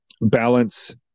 balance